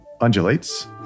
undulates